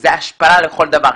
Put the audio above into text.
זו השפלה לכל דבר.